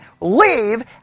leave